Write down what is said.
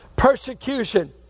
Persecution